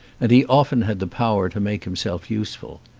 and he often had the power to make himself useful.